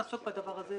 תבין,